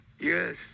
yes